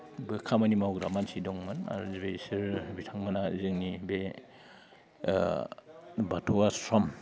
खामानि मावग्रा मानसि दंमोन आरो बिसोर बिथांमोना जोंनि बे बाथौ आश्रम